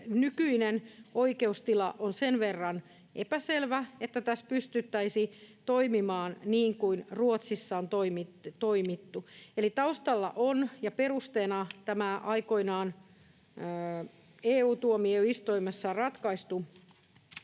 nykyinen oikeustila on sen verran epäselvä, että tässä pystyttäisiin toimimaan niin kuin Ruotsissa on toimittu. Eli taustalla ja perusteena on tämä aikoinaan EU-tuomioistuimessa ratkaistu